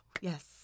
Yes